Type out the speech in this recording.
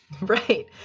right